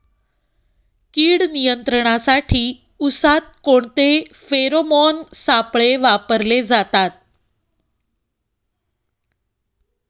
कीड नियंत्रणासाठी उसात कोणते फेरोमोन सापळे वापरले जातात?